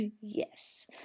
yes